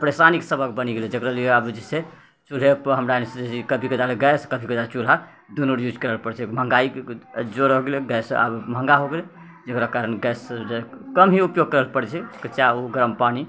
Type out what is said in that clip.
परेशानीके सबब बनि गेलै जकरालिए आब जे छै चुल्हेपर हमरा जे छै कभी कदाल गैस कभी कदाल चुल्हा दुन्नू यूज करै पड़ै छै महगाइके जोर हो गेलै गैस आब महगा हो गेलै जकरा कारण गैस रऽ कम ही उपयोग करै पड़ै छै चाह उह गरम पानि